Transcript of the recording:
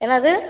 என்னது